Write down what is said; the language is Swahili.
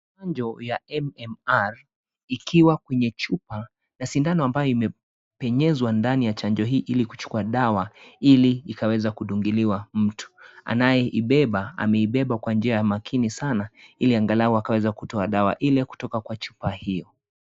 Chanjo ya MMR ikiwa kwenye chupa na sindano ambayo imepenyezwa ndani ya chanjo hii ili kuchukua dawa hili ikaweza kudungiliwa mtu, anayeibeba ameibeba kwa njia ya makini sana hili angalau akaweza kutoa dawa Ile kutoka Kwa chupa hiyo.